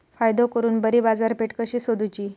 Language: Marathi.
फायदो करून बरी बाजारपेठ कशी सोदुची?